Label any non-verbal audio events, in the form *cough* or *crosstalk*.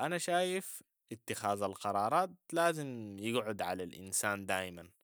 *hesitation* أنا شايف اتخاذ القرارات لازم يقعد على الإنسان دايما.